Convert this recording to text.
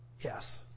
Yes